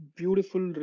beautiful